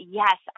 yes